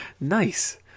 Nice